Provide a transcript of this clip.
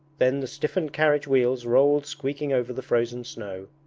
then the stiffened carriage-wheels rolled squeaking over the frozen snow.